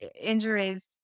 injuries